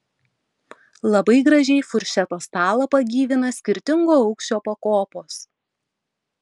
labai gražiai furšeto stalą pagyvina skirtingo aukščio pakopos